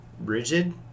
rigid